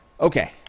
Okay